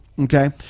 Okay